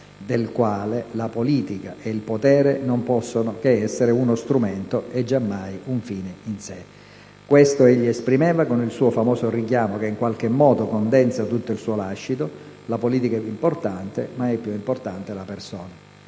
del quale la politica e il potere non possono essere che uno strumento, e giammai un fine in sé. Questo egli esprimeva con il suo famoso richiamo, che in qualche modo condensa tutto il suo lascito: «La politica è importante, ma è più importante la persona».